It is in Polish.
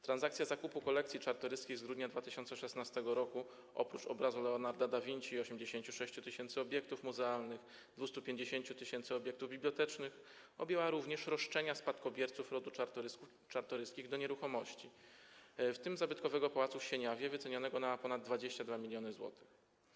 Transakcja zakupu kolekcji Czartoryskich z grudnia 2016 r., oprócz obrazu Leonarda da Vinci, 86 tys. obiektów muzealnych i 250 tys. obiektów bibliotecznych, objęła również roszczenia spadkobierców rodu Czartoryskich do nieruchomości, w tym zabytkowego pałacu w Sieniawie wycenianego na ponad 22 mln zł.